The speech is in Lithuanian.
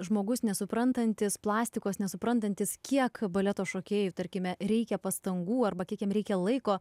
žmogus nesuprantantis plastikos nesuprantantis kiek baleto šokėjui tarkime reikia pastangų arba kiek jam reikia laiko